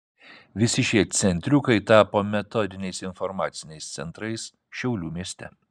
visi šie centriukai tapo metodiniais informaciniais centrais šiaulių mieste